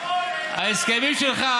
ההסכמים שלך,